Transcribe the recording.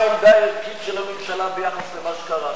מה העמדה הערכית של הממשלה ביחס למה שקרה שם?